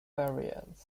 variants